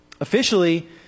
Officially